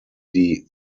die